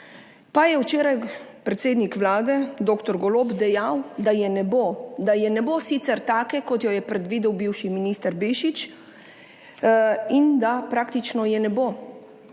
pa je včeraj predsednik Vlade dr. Golob dejal, da je ne bo, da je ne bo sicer take, kot jo je predvidel bivši minister Bešič, in da praktično je ne bo,